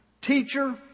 Teacher